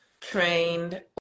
trained